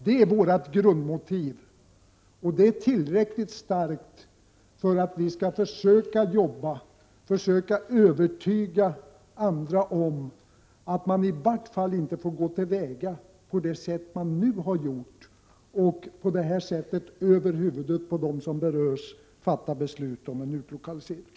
Det är vårt grundmotiv, och det är tillräckligt starkt för att vi skall försöka övertyga andra om att man i varje fall inte får gå till väga på det sätt man nu har gjort, när man över huvudet på dem som berörs vill fatta beslut om en utlokalisering.